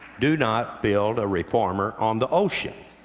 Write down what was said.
do not build a reformer on the ocean.